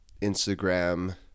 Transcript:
Instagram